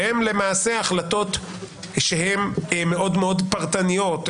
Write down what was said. והן למעשה החלטות שהן מאוד מאוד פרטניות,